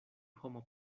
homo